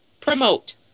Promote